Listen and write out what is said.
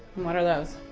what are those?